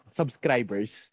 subscribers